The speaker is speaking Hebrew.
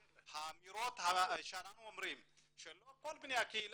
האמירות שאנחנו אומרים שלא כל בני הקהילה,